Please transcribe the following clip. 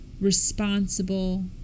responsible